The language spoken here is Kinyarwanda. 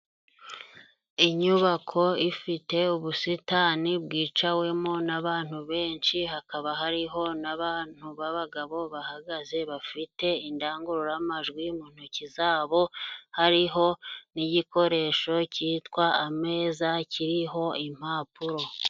Inyubako ifite ubusitani bwicawemo n'abantu benshi, hakaba hariho n'abantu b'abagabo bahagaze bafite indangururamajwi mu ntoki zabo, hariho n'igikoresho cyitwa ameza, kiriho impapuro.